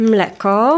Mleko